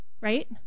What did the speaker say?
Right